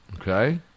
Okay